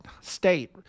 state